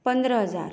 पंदरा हजार